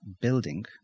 building